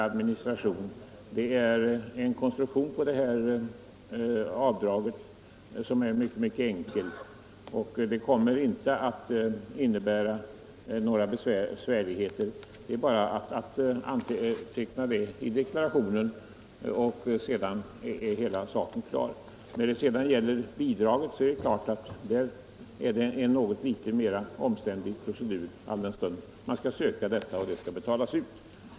Avdraget har sådan konstruktion att administrationen inte kommer att innebära några besvärligheter. Det är bara att anteckna avdraget i deklarationen och sedan är hela saken klar. Beträffande bidraget är det givetvis en något mer omständlig procedur, alldenstund man skall söka detta och det skall betalas ut.